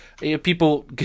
people